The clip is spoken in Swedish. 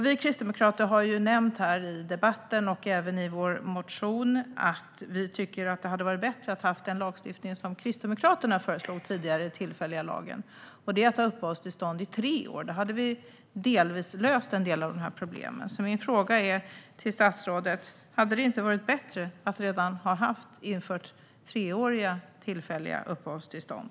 Vi kristdemokrater har här i debatten och även i vår motion nämnt att vi tycker att det hade varit bättre med den tillfälliga lag som Kristdemokraterna föreslog tidigare, med uppehållstillstånd i tre år. Då hade vi delvis löst en del av dessa problem. Så min fråga till statsrådet är: Hade det inte varit bättre att redan ha infört treåriga tillfälliga uppehållstillstånd?